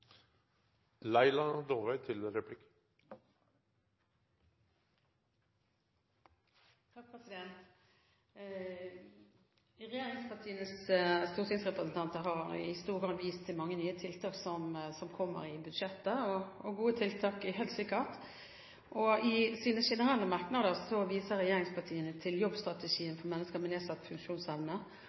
Regjeringspartienes stortingsrepresentanter har i stor grad vist til mange nye tiltak som kommer i budsjettet – helt sikkert gode tiltak – og i sine generelle merknader viser regjeringspartiene til jobbstrategien for mennesker med nedsatt funksjonsevne